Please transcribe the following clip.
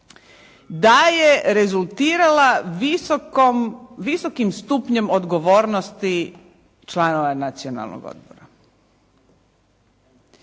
da je rezultirala visokom, visokim stupnjem odgovornosti članova Nacionalnog odbora.